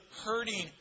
hurting